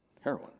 heroin